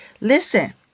Listen